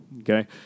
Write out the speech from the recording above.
Okay